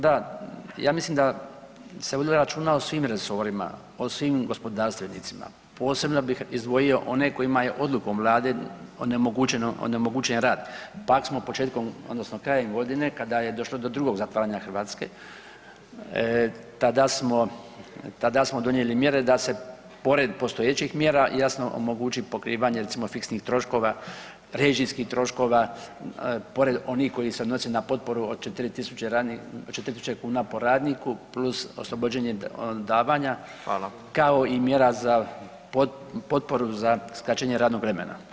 Da, ja mislim se vodilo računa o svim resorima, o svim gospodarstvenicima, posebno bih izdvojio one kojima je odlukom Vlade onemogućen rad, … početkom odnosno krajem godine kada je došlo do drugog zatvaranja Hrvatske tada smo donijeli mjere da se pored postojećih mjera jasno omogući pokrivanje recimo fiksnih troškova, režijskih troškova pored onih koji se odnose na potporu od 4.000 kuna po radniku plus oslobođenje od davanja [[Upadica Radin: Hvala.]] kao i mjera za potporu za skraćenje radnog vremena.